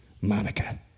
Monica